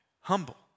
humble